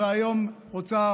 והיום רוצה,